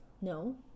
No